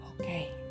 okay